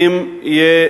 אם יהיה